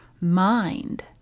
mind